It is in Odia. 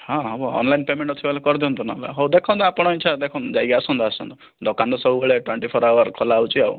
ହଁ ହବ ଅନ୍ଲାଇନ୍ ପ୍ୟାମେଣ୍ଟ ଅଛି ତାହାଲେ କରିଦିଅନ୍ତୁ ନହେଲେ ହଉ ଦେଖନ୍ତୁ ଆପଣଙ୍କ ଇଚ୍ଛା ଦେଖନ୍ତୁ ଯାଇକି ଆସନ୍ତୁ ଆସନ୍ତୁ ଦୋକାନ ତ ସବୁ ବେଳେ ଟ୍ୱେଣ୍ଟି ଫୋର ଆୱାର ଖୋଲା ହେଉଛି ଆଉ